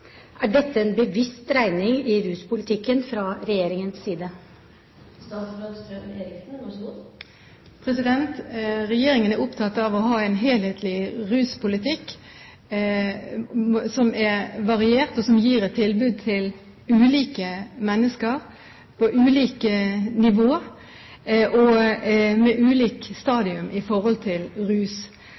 Er dette en bevisst beregning i ruspolitikken fra Regjeringens side? Regjeringen er opptatt av å ha en helhetlig ruspolitikk, som er variert, og som gir et tilbud til ulike mennesker på ulike nivå og på ulikt stadium når det gjelder rus.